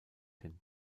hin